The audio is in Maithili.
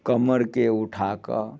कमरके उठा कऽ